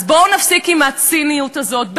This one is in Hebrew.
אז בואו נפסיק עם הציניות הזאת,